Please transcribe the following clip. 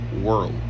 world